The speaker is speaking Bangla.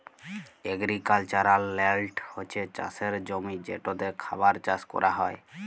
এগ্রিকালচারাল ল্যল্ড হছে চাষের জমি যেটতে খাবার চাষ ক্যরা হ্যয়